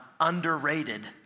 underrated